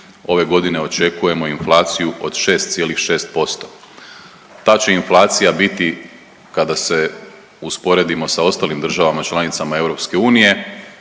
ove godine očekujemo inflaciju od 6,6%, ta će inflacija biti kada se usporedimo sa ostalim državama članicama EU